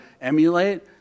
emulate